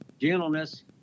gentleness